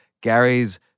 gary's